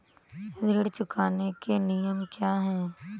ऋण चुकाने के नियम क्या हैं?